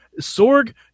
Sorg